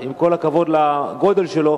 עם כל הכבוד לגודל שלו.